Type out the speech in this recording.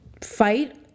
Fight